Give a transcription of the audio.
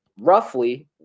roughly